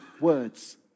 words